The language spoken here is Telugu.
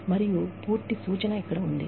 మరియు పూర్తి సూచన ఇక్కడ ఉంది